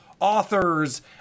authors